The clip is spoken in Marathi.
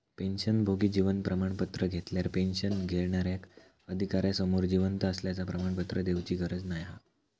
पेंशनभोगी जीवन प्रमाण पत्र घेतल्यार पेंशन घेणार्याक अधिकार्यासमोर जिवंत असल्याचा प्रमाणपत्र देउची गरज नाय हा